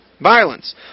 violence